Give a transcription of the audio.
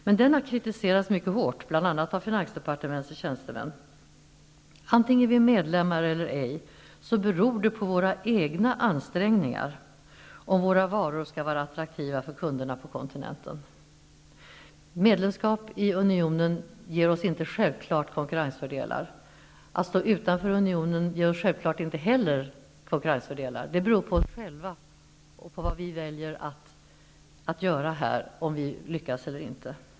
Men den har kritiserats mycket hårt, bl.a. av finansdepartementets tjänstemän. Antingen vi är medlemmar eller ej, beror det på våra egna ansträngningar om våra varor är attraktiva för kunderna på kontinenten. Medlemskap i Unionen ger oss inte självklart konkurrensfördelar. Att stå utanför Unionen ger oss heller inte självklart konkurrensfördelar. Det beror på oss själva och på vad vi väljer att göra här om vi lyckas eller inte.